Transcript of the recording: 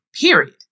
period